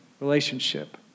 relationship